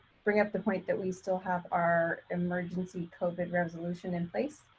bring up the point that we still have our emergency covid resolution in place.